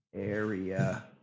area